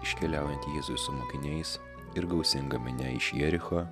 iškeliaujantį jėzų su mokiniais ir gausinga minia iš jericho